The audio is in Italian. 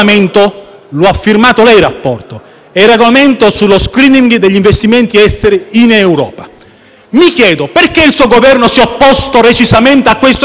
Mi chiedo allora: perché il suo Governo si è opposto decisamente al regolamento che la stessa relazione al Parlamento dei Servizi di sicurezza ritiene fondamentale?